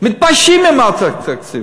מתביישים בתקציב.